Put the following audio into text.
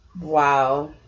Wow